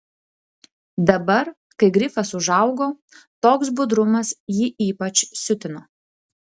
dabar kai grifas užaugo toks budrumas jį ypač siutino